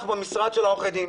במשרד של עורכי הדין.